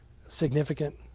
significant